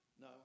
No